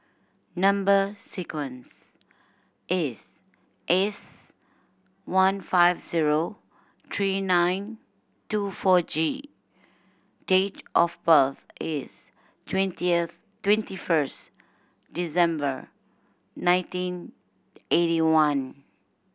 number sequence is S one five zero three nine two four G date of birth is twentieth twenty first December nineteen eighty one